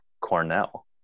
Cornell